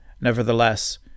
Nevertheless